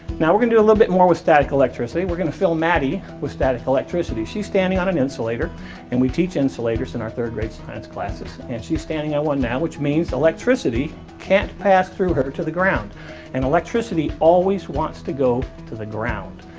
now we're going to do a little bit more with static electricity we're gonna fill maddie with static electricity she's standing on an insulator and we teach insulators in our third grade science classes and she's standing on one now. which means electricity can't pass through her to the ground and electricity always wants to go to the ground.